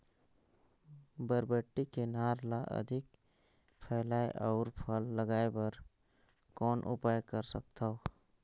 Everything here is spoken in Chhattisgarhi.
बरबट्टी के नार ल अधिक फैलाय अउ फल लागे बर कौन उपाय कर सकथव?